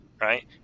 right